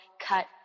cut